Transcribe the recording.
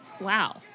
Wow